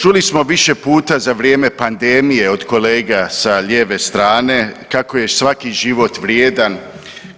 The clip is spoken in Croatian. Čuli smo više puta za vrijeme pandemije od kolega sa lijeve strane kako je svaki život vrijedan,